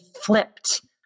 flipped